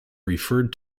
referred